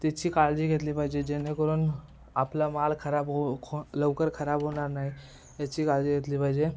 तिची काळजी घेतली पाहिजे जेणेकरून आपला माल खराब हो खो लवकर खराब होणार नाही याची काळजी घेतली पाहिजे